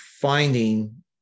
finding